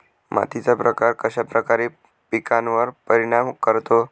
मातीचा प्रकार कश्याप्रकारे पिकांवर परिणाम करतो?